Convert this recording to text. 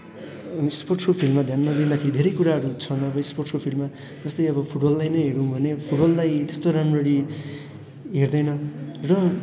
स्पोर्ट्सको फिल्डमा ध्यान नदिँदाखेरि धेरै कुराहरू छन् अब स्पोर्ट्सको फिल्डमा जस्तै अब फुटबललाई नै हेऱ्यौँ भने फुटबललाई त्यस्तो राम्ररी हेर्दैन र